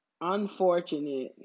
unfortunate